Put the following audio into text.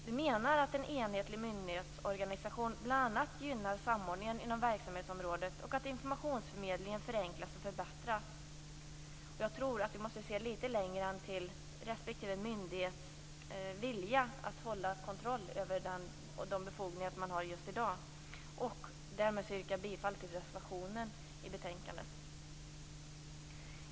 Vi menar att en enhetlig myndighetsorganisation bl.a. gynnar samordningen inom verksamhetsområdet och att informationsförmedlingen förenklas förbättras. Jag tror att vi måste se litet längre än till respektive myndighets vilja att kontrollera de befogenheter man har i dag. Därmed yrkar jag bifall till reservationen i betänkandet.